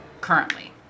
currently